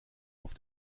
auf